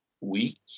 week